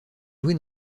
joué